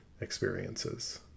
experiences